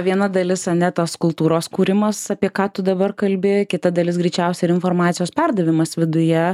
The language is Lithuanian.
viena dalis ane tas kultūros kūrimas apie ką tu dabar kalbėjai kita dalis greičiausiai ir informacijos perdavimas viduje